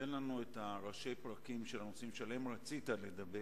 תן לנו את ראשי הפרקים של הנושאים שעליהם רצית לדבר,